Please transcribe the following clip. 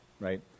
right